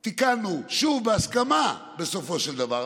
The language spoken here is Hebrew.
תיקנו, שוב, בהסכמה, בסופו של דבר.